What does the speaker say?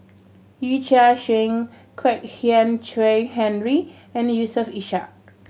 Yee Chia Hsing Kwek Hian Chuan Henry and Yusof Ishak